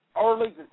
early